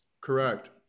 Correct